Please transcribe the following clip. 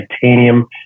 titanium